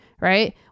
right